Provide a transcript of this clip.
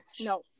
No